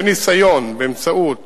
וניסיון, באמצעות